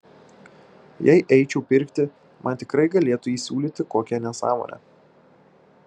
jei eičiau pirkti man tikrai galėtų įsiūlyti kokią nesąmonę